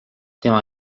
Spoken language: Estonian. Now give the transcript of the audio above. tema